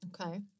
Okay